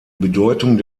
bedeutung